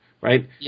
right